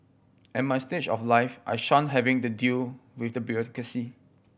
at my stage of life I shun having to deal with the bureaucracy